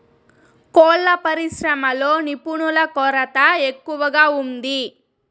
కోళ్ళ పరిశ్రమలో నిపుణుల కొరత ఎక్కువగా ఉంది